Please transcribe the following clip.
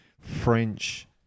French